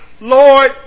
Lord